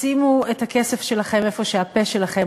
"שימו את הכסף שלכם איפה שהפה שלכם",